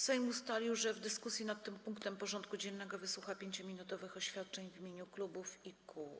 Sejm ustalił, że w dyskusji nad tym punktem porządku dziennego wysłucha 5-minutowych oświadczeń w imieniu klubów i kół.